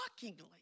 shockingly